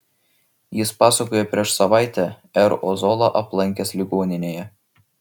jis pasakojo prieš savaitę r ozolą aplankęs ligoninėje